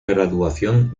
graduación